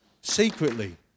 secretly